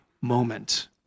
moment